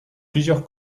plusieurs